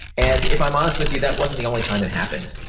and if i'm honest with you, that wasn't the only time it happened.